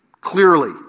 Clearly